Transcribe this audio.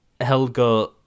Helga